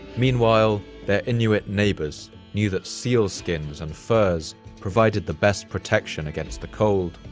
meanwhile, their inuit neighbors knew that seal skins and furs provided the best protection against the cold.